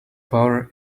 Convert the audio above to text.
power